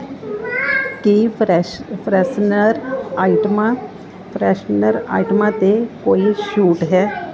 ਕੀ fresh freshener ਆਈਟਮਾਂ freshener ਆਈਟਮਾਂ 'ਤੇ ਕੋਈ ਛੂਟ ਹੈ